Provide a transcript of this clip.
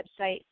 website